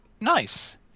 Nice